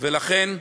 ולכן,